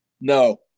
No